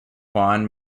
juan